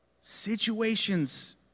situations